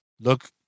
Look